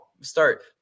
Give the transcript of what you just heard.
start